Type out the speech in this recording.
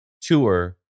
tour